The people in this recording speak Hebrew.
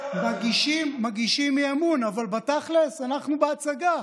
מגישים אי-אמון, אבל בתכל'ס אנחנו בהצגה.